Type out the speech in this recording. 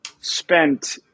spent